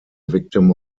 victim